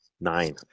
nine